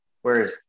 Whereas